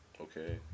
Okay